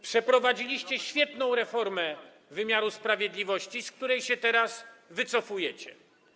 Przeprowadziliście świetną reformę wymiaru sprawiedliwości, z której się teraz wycofujecie.